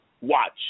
watch